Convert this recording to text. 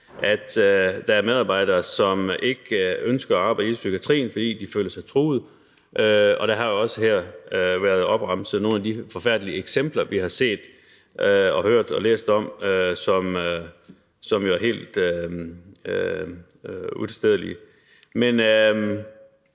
at der er medarbejdere, som ikke ønsker at arbejde i psykiatrien, fordi de føler sig truet, og der har også her været opremset nogle af de forfærdelige eksempler, som vi har hørt og læst om, og som jo er helt utilstedelige.